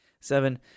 Seven